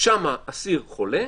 שמה אסיר חולה,